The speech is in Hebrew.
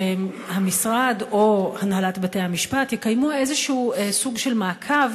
שהמשרד או הנהלת בתי-המשפט יקיימו איזשהו מעקב